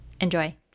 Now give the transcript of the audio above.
Enjoy